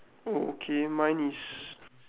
okay mine is